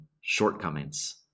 shortcomings